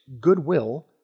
goodwill